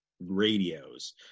radios